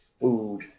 food